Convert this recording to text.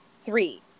Three